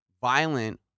violent